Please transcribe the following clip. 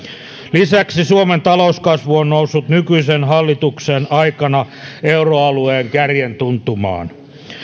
lisäksi suomen talouskasvu on noussut nykyisen hallituksen aikana euroalueen kärjen tuntumaan